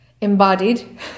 embodied